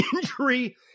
injury